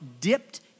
dipped